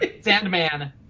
Sandman